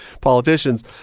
politicians